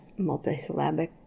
multisyllabic